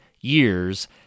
years